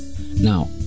Now